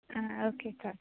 आं ओके चोल